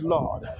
Lord